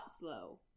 slow